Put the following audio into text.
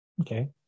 Okay